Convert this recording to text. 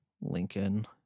Lincoln